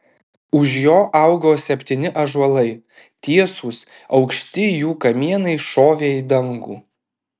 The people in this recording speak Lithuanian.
už jo augo septyni ąžuolai tiesūs aukšti jų kamienai šovė į dangų